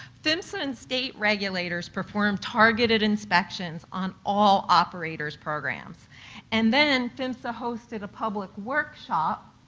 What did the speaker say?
phmsa and state regulators perform targeted inspections on all operators programs and then phmsa hosted a public workshop